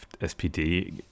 SPD